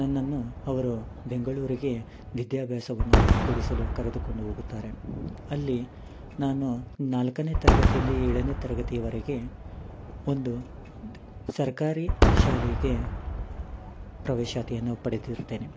ನನ್ನನ್ನು ಅವರು ಬೆಂಗಳೂರಿಗೆ ವಿಧ್ಯಾಬ್ಯಾಸವನ್ನು ಕೊಡಿಸಲು ಕರೆದುಕೊಂಡು ಹೋಗುತ್ತಾರೆ ಅಲ್ಲಿ ನಾನು ನಾಲ್ಕನೇ ತರಗತಿಯಿಂದ ಏಳನೆ ತರಗತಿಯವರೆಗೆ ಒಂದು ಸರ್ಕಾರಿ ಶಾಲೆಗೆ ಪ್ರವೇಶಾತಿಯನ್ನು ಪಡೆದಿರುತ್ತೇನೆ